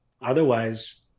otherwise